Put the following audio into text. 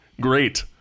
Great